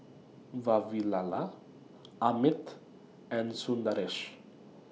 Vavilala Amit and Sundaresh